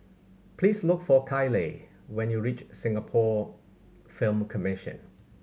please look for Kyleigh when you reach Singapore Film Commission